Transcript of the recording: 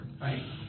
Right